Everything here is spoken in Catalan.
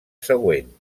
següent